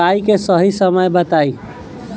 बुआई के सही समय बताई?